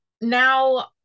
now